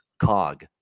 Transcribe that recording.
cog